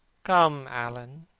come, alan,